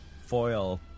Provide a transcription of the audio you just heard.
foil